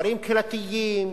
כפרים קהילתיים,